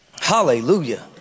Hallelujah